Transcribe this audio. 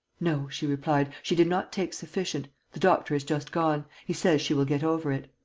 no, she replied, she did not take sufficient. the doctor has just gone. he says she will get over it.